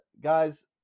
guys